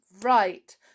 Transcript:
right